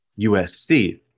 USC